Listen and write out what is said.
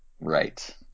right